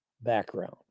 background